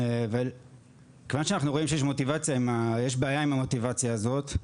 כיוון שאנחנו רואים שיש בעיה עם המוטיבציה הזאת,